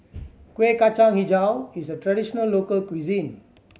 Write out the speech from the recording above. Kuih Kacang Hijau is a traditional local cuisine